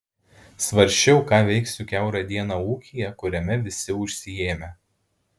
svarsčiau ką veiksiu kiaurą dieną ūkyje kuriame visi užsiėmę